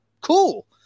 cool